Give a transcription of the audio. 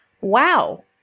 wow